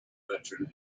veteran